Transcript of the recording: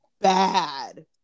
bad